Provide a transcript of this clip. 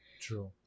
True